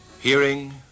Hearing